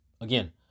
Again